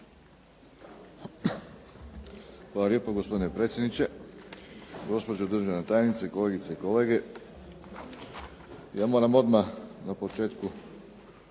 Hvala lijepo gospodine predsjedniče. Gospođo državna tajnice, kolegice i kolege ja moram odmah na početku